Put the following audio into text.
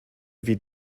wie